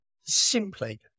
Simply